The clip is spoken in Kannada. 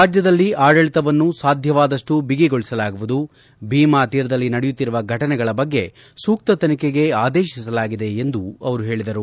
ರಾಜ್ಞದಲ್ಲಿ ಆಡಳತವನ್ನು ಸಾಧ್ಯವಾದಷ್ನೂ ಬಿಗಿಗೊಳಸಲಾಗುವುದು ಭೀಮಾ ತೀರದಲ್ಲಿ ನಡೆಯುತ್ತಿರುವ ಫಟನೆಗಳ ಬಗ್ಗೆ ಸೂಕ್ತ ತನಿಖೆಗೆ ಆದೇಶಿಸಲಾಗಿದೆ ಎಂದು ಅವರು ಹೇಳಿದರು